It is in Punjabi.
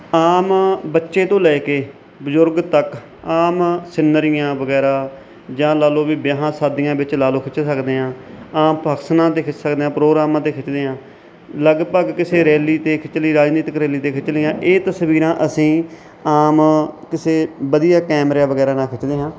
ਆਮ ਬੱਚੇ ਤੋਂ ਲੈ ਕੇ ਬਜ਼ੁਰਗ ਤੱਕ ਆਮ ਸਿਨਰੀਆਂ ਵਗੈਰਾ ਜਾਂ ਲਾ ਲਓ ਵੀ ਵਿਆਹਾਂ ਸ਼ਾਦੀਆਂ ਵਿੱਚ ਲਾ ਲਓ ਵਿੱਚ ਖਿੱਚ ਸਕਦੇ ਹਾਂ ਆਮ ਫੰਕਸ਼ਨਾਂ 'ਤੇ ਖਿੱਚ ਸਕਦੇ ਹਾਂ ਪ੍ਰੋਗਰਾਮਾਂ 'ਤੇ ਖਿੱਚਦੇ ਹਾਂ ਲਗਭਗ ਕਿਸੇ ਰੈਲੀ 'ਤੇ ਖਿੱਚ ਲਈ ਰਾਜਨੀਤਿਕ ਰੈਲੀ 'ਤੇ ਖਿੱਚ ਲਈਆਂ ਇਹ ਤਸਵੀਰਾਂ ਅਸੀਂ ਆਮ ਕਿਸੇ ਵਧੀਆ ਕੈਮਰਿਆਂ ਵਗੈਰਾ ਨਾਲ ਖਿੱਚਦੇ ਹਾਂ